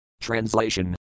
Translation